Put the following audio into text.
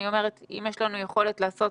אני אומרת שאם יש לנו יכולת לעשות